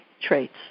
traits